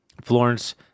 Florence